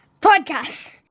podcast